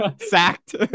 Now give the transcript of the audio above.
sacked